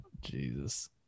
Jesus